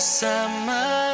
summer